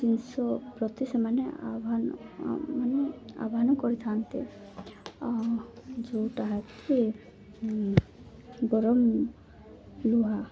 ଜିନିଷ ପ୍ରତି ସେମାନେ ଆହ୍ୱାନ ମାନେ ଆହ୍ୱାନ କରିଥାନ୍ତି ଯେଉଁଟାକି ଗରମ ଲୁହା